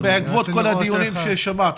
בעקבות כל הדיונים ששמעת.